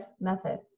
method